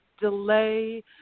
delay